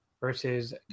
versus